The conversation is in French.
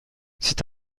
c’est